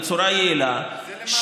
בצורה יעילה,